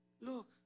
look